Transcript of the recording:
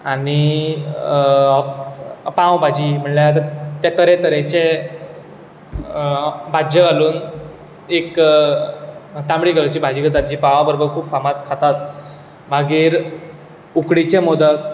आनी पाव भाजी तरेतरेचे भाजयो घालून एक तांबडी कलराची भाजी करतात जी पावा बरोबर खूब फामाद खातात मागीर उकडीचे मोदक